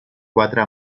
quatre